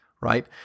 right